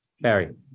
Barry